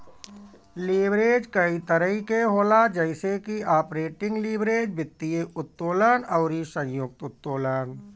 leverage कई तरही के होला जइसे की आपरेटिंग लीवरेज, वित्तीय उत्तोलन अउरी संयुक्त उत्तोलन